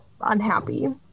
unhappy